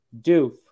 Doof